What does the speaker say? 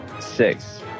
six